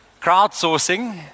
crowdsourcing